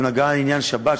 כשהוא נגע בעניין שבת,